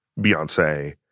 Beyonce